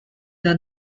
not